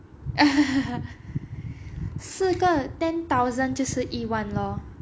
四个 ten thousand 就是一万 lor